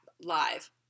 live